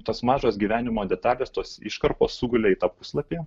tas mažos gyvenimo detalės tos iškarpos sugulė į tą puslapį